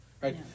right